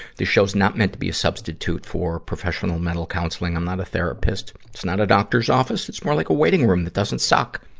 this show's not meant to be a substitute for professional mental counseling. i'm not a therapist. it's not a doctor's office. it's more like a waiting room that doesn't suck.